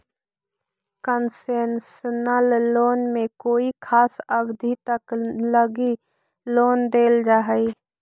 concessional loan में कोई खास अवधि तक लगी लोन देल जा हइ